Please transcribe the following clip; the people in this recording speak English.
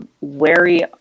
wary